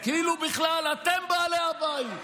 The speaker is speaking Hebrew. כאילו בכלל אתם בעלי הבית.